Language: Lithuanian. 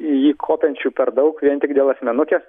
į jį kopiančių per daug vien tik dėl asmenukės